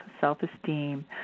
self-esteem